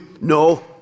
no